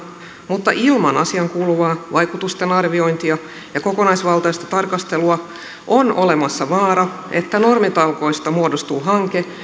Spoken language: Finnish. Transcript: mutta ilman asiaankuuluvaa vaikutusten arviointia ja kokonaisvaltaista tarkastelua on olemassa vaara että normitalkoista muodostuu hanke